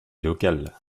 locale